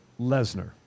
Lesnar